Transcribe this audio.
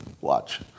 Watch